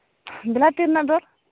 ᱵᱤᱞᱟᱹᱛᱤ ᱨᱮᱱᱟᱜ ᱫᱚᱨ